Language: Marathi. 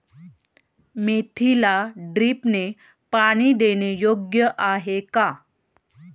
मेथीला ड्रिपने पाणी देणे योग्य आहे का?